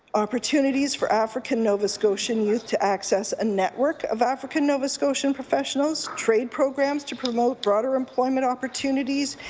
opportunities for african nova scotian youth to access a network of african nova scotian professionals, trade programs to promote broader employment opportunities,